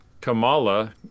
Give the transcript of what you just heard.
Kamala